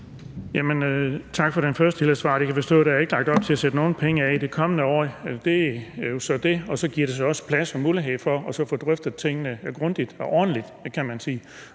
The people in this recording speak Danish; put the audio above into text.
Jeg kan forstå, at der ikke er lagt op til at sætte nogen penge af i det kommende år. Det er jo så det, og det giver så også plads til og mulighed for at få drøftet tingene grundigt og ordentligt,